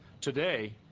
Today